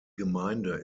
gemeinde